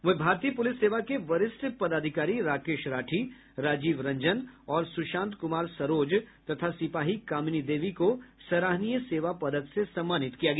वहीं भारतीय पुलिस सेवा के वरिष्ठ पदाधिकारी राकेश राठी राजीव रंजन और सुशांत कुमार सरोज तथा सिपाही कामनी देवी को सराहनीय सेवा पदक से सम्मानित किया गया